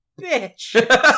bitch